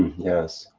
yes.